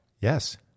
yes